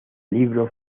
libro